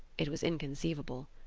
it was inconceivable.